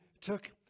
took